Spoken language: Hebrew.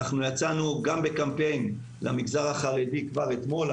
יצאנו גם בקמפיין למגזר החרדי כבר אתמול,